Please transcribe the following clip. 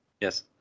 Yes